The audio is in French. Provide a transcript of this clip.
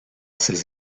ses